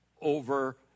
over